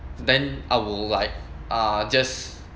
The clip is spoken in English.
then I will like uh just